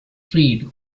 freed